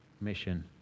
mission